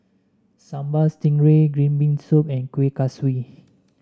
Sambal Stingray Green Bean Soup and Kuih Kaswi